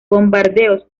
bombardeos